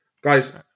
Guys